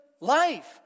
life